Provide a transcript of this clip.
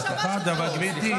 לא, לא, לא מסיטה, לא דק.